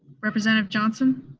representative johnson?